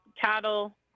cattle